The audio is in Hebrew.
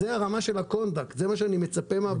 זה הרמה של הקונדקט, זה מה שאני מצפה מן הבנקאים.